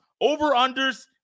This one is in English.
over-unders